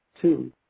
Two